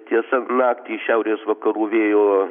tiesa naktį šiaurės vakarų vėjo